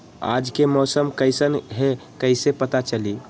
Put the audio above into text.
आज के मौसम कईसन हैं कईसे पता चली?